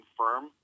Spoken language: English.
firm